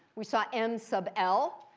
we saw m sub l.